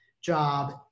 job